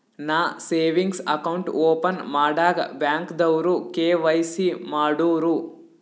ನಾ savings account open ಮಾಡಾಗ್ ಬ್ಯಾಂಕ್ದವ್ರು ಕೆ.ವೈ.ಸಿ ಮಾಡೂರು